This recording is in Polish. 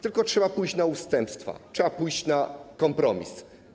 Tylko trzeba pójść na ustępstwa, trzeba pójść na kompromis.